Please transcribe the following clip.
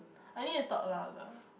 I need to talk louder